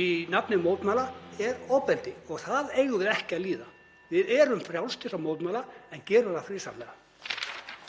í nafni mótmæla er ofbeldi og það eigum við ekki að líða. Við erum frjáls til að mótmæla en gerum það friðsamlega.